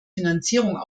finanzierung